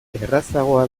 errazagoa